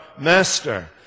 master